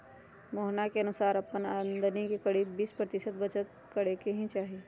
मोहना के अनुसार अपन आमदनी के करीब बीस प्रतिशत बचत करे के ही चाहि